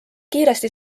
kiiresti